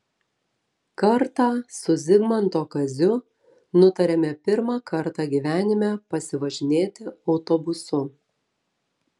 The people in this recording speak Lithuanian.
kartą su zigmanto kaziu nutarėme pirmą kartą gyvenime pasivažinėti autobusu